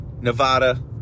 Nevada